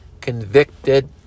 convicted